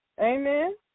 Amen